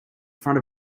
front